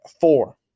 four